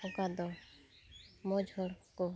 ᱚᱠᱟᱫᱚ ᱢᱚᱡᱽ ᱦᱚᱲᱠᱚ